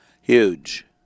Huge